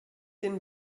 den